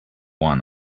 one